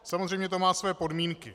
Samozřejmě to má své podmínky.